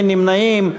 אין נמנעים.